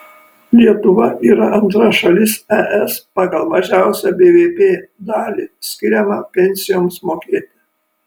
lietuva yra antra šalis es pagal mažiausią bvp dalį skiriamą pensijoms mokėti